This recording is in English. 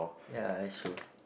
ya that's true